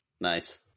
Nice